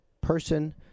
person